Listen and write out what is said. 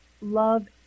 love